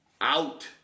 Out